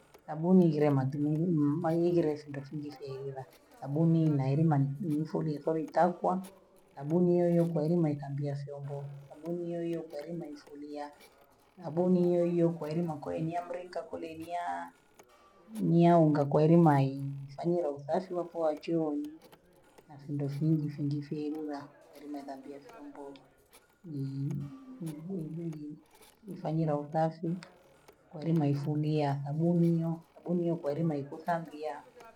Sabuni zile matumimi mayuzilesi ndo shinje sheyila, sabuni mailimani niisoli yaikoli itakwa, sabuni hiyohiyo kwaeli mwainambia syombo, sabuni hiyohiyo kwaeli naifulia, sabuni hiyohiyo kwaeli makoe nyamlika kole nyaa nyunga kwaelima hii, samia lofwasi wepoachui, masindosi ngushindi fyelula, kweli madhambi yafungu, ni bue bumu, nifanye laopasi kwaeli naifumia, abonia aboni kwaeli naikosambia.